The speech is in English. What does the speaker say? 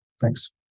Thanks